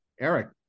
Eric